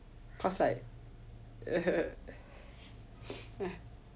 cause like